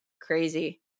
Crazy